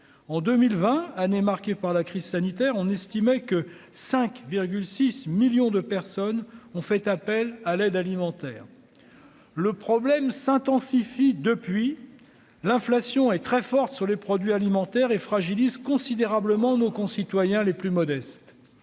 en 2020 année marquée par la crise sanitaire, on estimait que 5 6 millions de personnes ont fait appel à l'aide alimentaire, le problème s'intensifient depuis l'inflation est très forte sur les produits alimentaires et fragilise considérablement nos concitoyens les plus modestes,